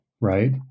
right